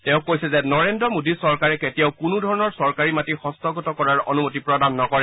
তেওঁ কৈছে যে নৰেন্দ্ৰ মোডী চৰকাৰে কেতিয়াও কোনো ধৰণৰ চৰকাৰী মাটি হস্তগত কৰাৰ অনুমতি প্ৰদান নকৰে